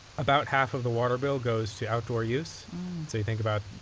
about half of the water bill goes to outdoor use. so think about